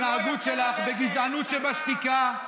שההתנהגות שלך בגזענות שבשתיקה,